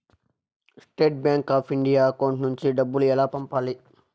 State Bank of India account నుంచి డబ్బులు ఎలా పంపాలి?